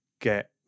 get